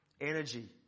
energy